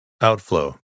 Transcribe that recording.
Outflow